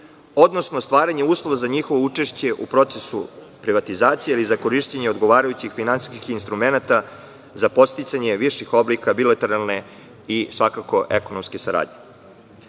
odnosno stvaranje uslova za njihovo učešće u procesu privatizacije, ili za korišćenje odgovarajućih finansijskih instrumenata za podsticanje viših oblika bilateralne i svakako ekonomske saradnje. Ugovor